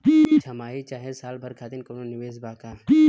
छमाही चाहे साल भर खातिर कौनों निवेश बा का?